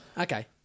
Okay